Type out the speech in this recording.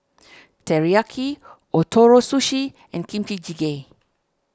Teriyaki Ootoro Sushi and Kimchi Jjigae